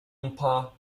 lumpur